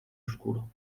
oscuro